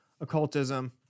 occultism